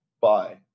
Bye